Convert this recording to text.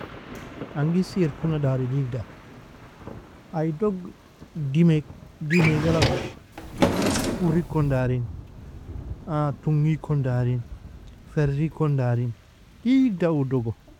Angisi irkouna dari digda ay dog dime dime galagar koori kon darin, a tungi kon darin, ferri kon darin, digda uo dogo.